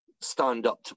stand-up